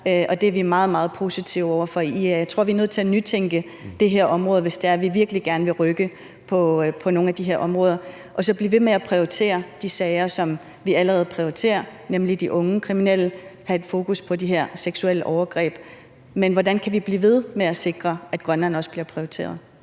meget, meget positive over for. Jeg tror, vi er nødt til at nytænke det her område, hvis det er, at vi virkelig gerne vil rykke på nogle af de her områder, og så blive ved med at prioritere de sager, som vi allerede prioriterer, nemlig de unge kriminelle, og have et fokus på de her seksuelle overgreb. Men hvordan kan vi blive ved med at sikre, at Grønland også bliver prioriteret?